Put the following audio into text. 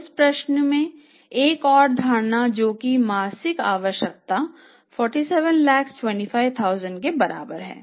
उस प्रश्न में एक और धारणा जोकि मासिक आवश्यकता 4725 लाख के बराबर है